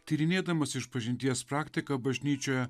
tyrinėdamas išpažinties praktiką bažnyčioje